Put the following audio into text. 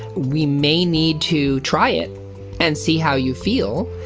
we may need to try it and see how you feel.